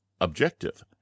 Objective